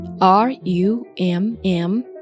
R-U-M-M